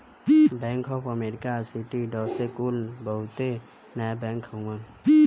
bank of America, Citi, Deutsche कुल बहुते नया बैंक हउवन